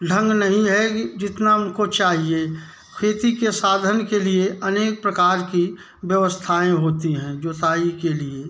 ढंग नहीं है जितना उनको चाहिए खेती के साधन के लिए अनेक प्रकार की व्यवस्थाएँ होती हैं जुताई के लिए